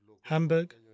Hamburg